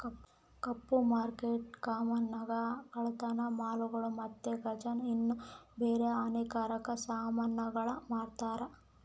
ಕಪ್ಪು ಮಾರ್ಕೆಟ್ನಾಗ ಕಾಮನ್ ಆಗಿ ಕಳ್ಳತನ ಮಾಲುಗುಳು ಮತ್ತೆ ಗಾಂಜಾ ಇನ್ನ ಬ್ಯಾರೆ ಹಾನಿಕಾರಕ ಸಾಮಾನುಗುಳ್ನ ಮಾರ್ತಾರ